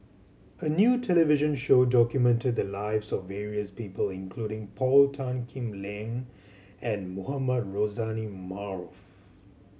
a new television show documented the lives of various people including Paul Tan Kim Liang and Mohamed Rozani Maarof